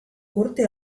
urte